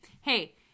hey